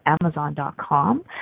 Amazon.com